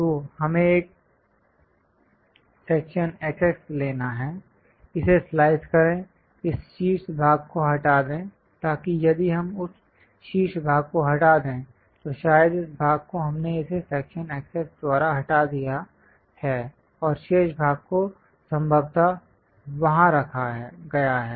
तो हमें एक सेक्शन x x लेना है इसे स्लाइस करें इस शीर्ष भाग को हटा दें ताकि यदि हम उस शीर्ष भाग को हटा दें तो शायद इस भाग को हमने इसे सेक्शन x x द्वारा हटा दिया है और शेष भाग को संभवतः वहां रखा गया है